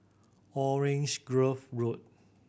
Orange Grove Road